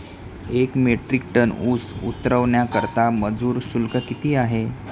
एक metric tonne ऊस उतरवण्याकरता मजूर शुल्क किती आहे?